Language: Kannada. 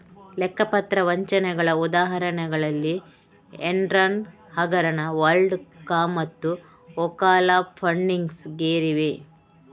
ಲೆಕ್ಕ ಪತ್ರ ವಂಚನೆಗಳ ಉದಾಹರಣೆಗಳಲ್ಲಿ ಎನ್ರಾನ್ ಹಗರಣ, ವರ್ಲ್ಡ್ ಕಾಮ್ಮತ್ತು ಓಕಾಲಾ ಫಂಡಿಂಗ್ಸ್ ಗೇರಿವೆ